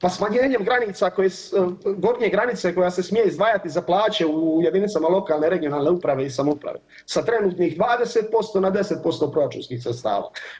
Pa smanjenjem granica koje, gornje granice koja se smije izdvajati za plaće u jedinicama lokalne i regionalne uprave i samouprave sa trenutnih 20% na 10% proračunskih sredstava.